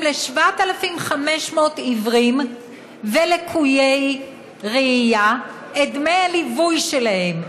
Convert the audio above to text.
ל-7,500 עיוורים ולקויי ראייה את דמי הליווי שלהם.